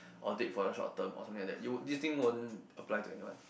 or date for a short term or something like that you will this thing won't apply to anyone